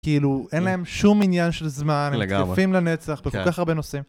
כאילו, אין להם שום עניין של זמן, הם תקפים לנצח בכל כך הרבה נושאים.